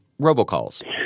robocalls